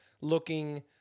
looking